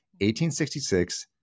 1866